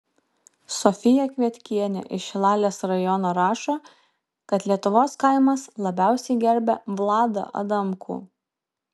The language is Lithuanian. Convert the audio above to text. sofija kvietkienė iš šilalės rajono rašo kad lietuvos kaimas labiausiai gerbia vladą adamkų